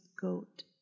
goat